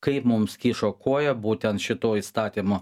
kaip mums kišo koją būtent šito įstatymo